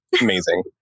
Amazing